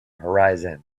horizon